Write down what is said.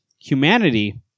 Humanity